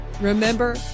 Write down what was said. Remember